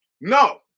No